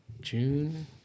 June